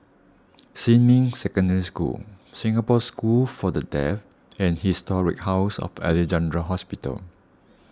Xinmin Secondary School Singapore School for the Deaf and Historic House of Alexandra Hospital